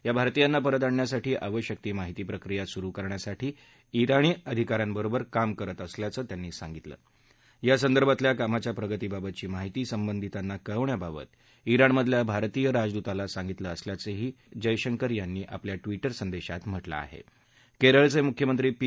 या भारतीयांना परत आणण्यासाठी आवश्यक ती माहिती प्रक्रिया सुरु करण्यासाठी सरकार ईराणी अधिका यांबरोबर काम करत आहात्या संदर्भातल्या कामाच्या प्रगतीबाबतची माहिती संबंधितांना कळवण्याबाबत जिणमधल्या भारतीय राजदूताला सांगितल्याचंही जयशंकर यांनी आपल्या ट्विटर संदर्धात दिली आहक करळच मुख्यमंत्री पी